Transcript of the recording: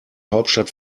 hauptstadt